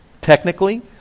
Technically